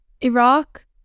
Iraq